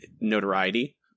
notoriety